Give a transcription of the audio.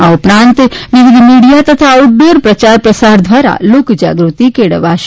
આ ઉપરાંત વિવિધ મીડીયા તથા આઉટ ડોર પ્રચાર પ્રસાર દ્વારા લોક જાગૃતિ કેળવાશે